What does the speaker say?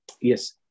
yes